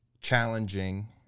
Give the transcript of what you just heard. challenging